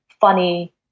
funny